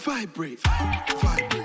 Vibrate